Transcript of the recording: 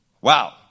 Wow